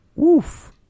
oof